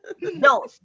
No